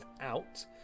out